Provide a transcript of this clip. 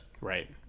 Right